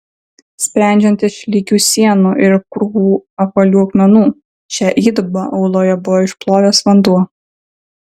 sprendžiant iš lygių sienų ir krūvų apvalių akmenų šią įdubą uoloje buvo išplovęs vanduo